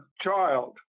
Child